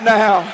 now